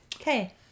Okay